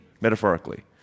metaphorically